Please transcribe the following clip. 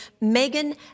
Megan